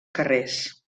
carrers